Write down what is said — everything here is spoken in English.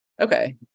Okay